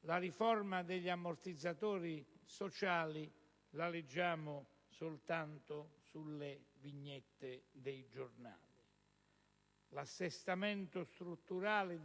la riforma degli ammortizzatori sociali la leggiamo soltanto sulle vignette dei giornali. L'assestamento strutturale